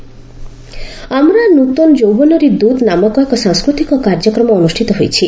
'ଆମରା ନୁତୋନ୍ ଯୌବୋନେରୀ ଦୂତ୍' ନାମକ ଏକ ସାଂସ୍କୃତିକ କାର୍ଯ୍ୟକ୍ରମ ଅନୁଷ୍ଠିତ ହୋଇଛି